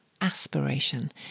aspiration